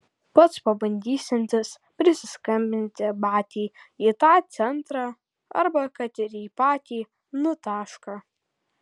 pats pabandysiantis prisiskambinti batiai į tą centrą arba kad ir į patį n tašką